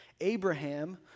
Abraham